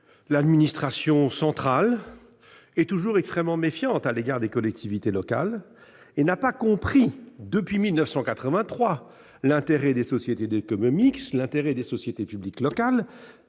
l'administration centrale est toujours extrêmement méfiante à l'égard des collectivités locales et n'a pas compris, depuis 1983, l'intérêt des sociétés d'économie mixte ni, depuis 2010, celui des sociétés publiques locales.